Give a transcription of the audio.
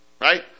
right